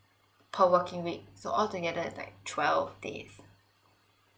per working week so altogether is like twelve days